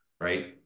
right